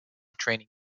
training